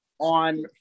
on